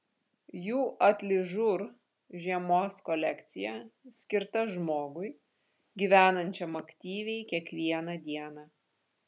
jų atližur žiemos kolekcija skirta žmogui gyvenančiam aktyviai kiekvieną dieną